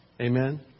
Amen